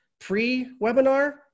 Pre-webinar